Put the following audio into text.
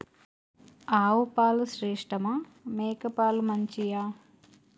ఆవు పాలు శ్రేష్టమా మేక పాలు మంచియా?